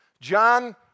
John